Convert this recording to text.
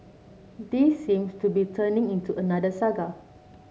this seems to be turning into another saga